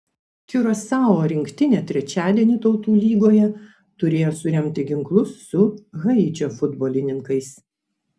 kiurasao rinktinė trečiadienį tautų lygoje turėjo suremti ginklus su haičio futbolininkais